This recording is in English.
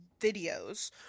videos